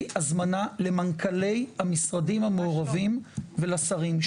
הזמנה למנכ״לי המשרדים המעורבים ולשרים,